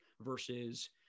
versus